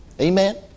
Amen